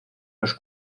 los